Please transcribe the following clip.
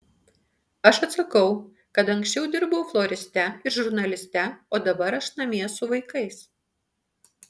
aš atsakau kad anksčiau dirbau floriste ir žurnaliste o dabar aš namie su vaikais